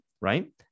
right